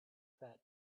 that